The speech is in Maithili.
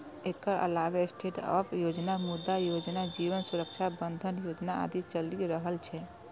एकर अलावे स्टैंडअप योजना, मुद्रा योजना, जीवन सुरक्षा बंधन योजना आदि चलि रहल छै